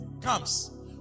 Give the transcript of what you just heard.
comes